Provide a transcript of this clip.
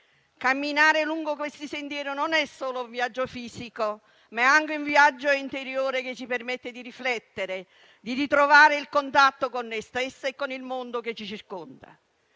camminare lungo questi sentieri non è solo un viaggio fisico, ma anche un viaggio interiore, che ci permette di riflettere e di ritrovare il contatto con noi stessi e con il mondo che ci circonda.